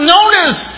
Notice